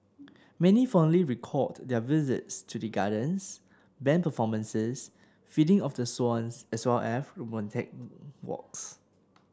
many fondly recalled their visits to the gardens band performances feeding of the swans as well as romantic walks